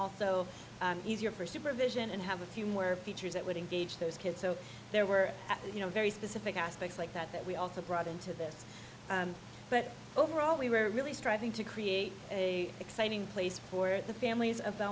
also easier for supervision and have a few more features that would engage those kids so there were you know very specific aspects like that that we also brought into this but overall we were really striving to create a exciting place for the families of